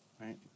right